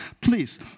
Please